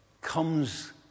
comes